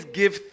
give